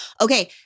Okay